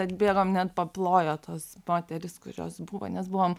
atbėgom net paplojo tos moterys kurios buvo nes buvom